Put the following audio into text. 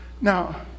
Now